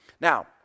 Now